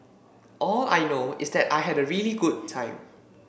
all I know is that I had a really good time